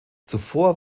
zuvor